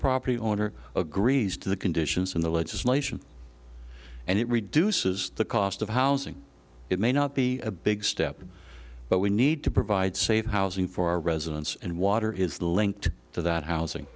property owner agrees to the conditions in the legislation and it reduces the cost of housing it may not be a big step but we need to provide safe housing for our residents and water is linked to that housing